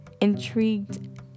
intrigued